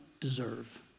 deserve